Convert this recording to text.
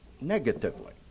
Negatively